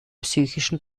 psychischen